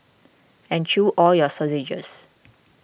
and chew all your sausages